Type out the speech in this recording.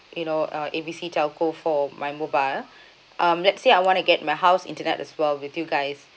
you know uh A B C telco for my mobile um let's say I wanna get my house internet as well with you guys